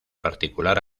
particular